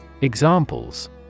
Examples